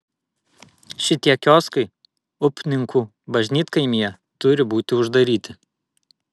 šitie kioskai upninkų bažnytkaimyje turi būti uždaryti